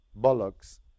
bollocks